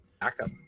backup